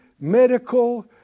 medical